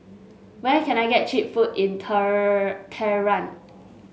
where can I get cheap food in Tehran